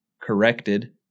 corrected